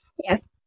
yes